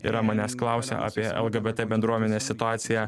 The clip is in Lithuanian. yra manęs klausę apie lgbt bendruomenės situaciją